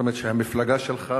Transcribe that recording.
זאת אומרת שהמפלגה שלך,